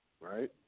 right